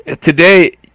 today